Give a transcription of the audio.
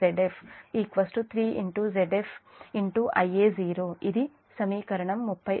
ఇది సమీకరణం 31